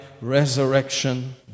resurrection